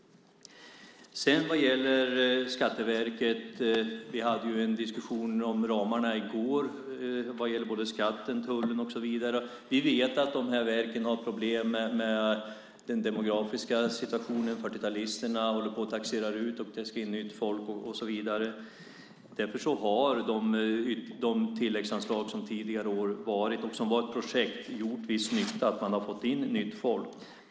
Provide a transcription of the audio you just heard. När det gäller Skatteverket hade vi en diskussion om ramarna i går. Det gällde både skatten, tullen och så vidare. Vi vet att verken har problem med den demografiska situationen. Fyrtiotalisterna håller på att taxera ut och det ska in nytt folk, och så vidare. Därför har tilläggsanslagen för projekt för tidigare år gjort viss nytta. Man har fått in nytt folk.